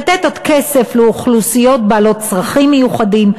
לתת עוד כסף לאוכלוסיות בעלות צרכים מיוחדים.